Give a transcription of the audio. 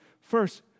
first